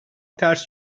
ters